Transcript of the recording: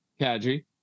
Kadri